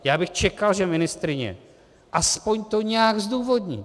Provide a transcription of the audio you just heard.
Já bych čekal, že ministryně aspoň to nějak zdůvodní.